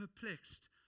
perplexed